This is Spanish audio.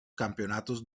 campeonatos